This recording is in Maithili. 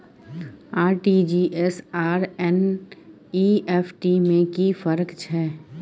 आर.टी.जी एस आर एन.ई.एफ.टी में कि फर्क छै?